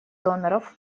доноров